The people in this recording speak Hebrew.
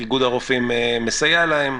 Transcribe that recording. איגוד הרופאים מסייע להם.